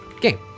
Game